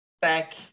back